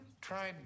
tried